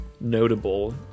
notable